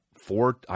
four